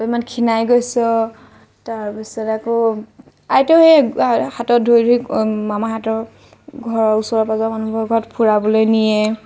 তই ইমান খীনাই গৈছ তাৰপিছত আকৌ আইতায়েও সেই হাতত ধৰি ধৰি মামাহঁতৰ ঘৰৰ ওচৰৰ পাঁজৰৰ মানুহবোৰৰ ঘৰত ফুৰাবলৈ নিয়ে